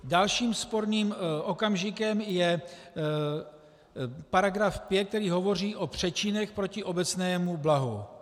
Dalším sporným okamžikem je § 5, který hovoří o přečinech proti obecnému blahu.